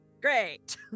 Great